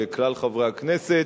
לכלל חברי הכנסת,